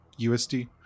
USD